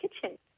kitchen